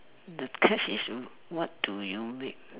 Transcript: the catch is w~ what do you make